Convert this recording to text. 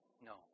No